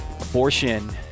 Abortion